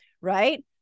right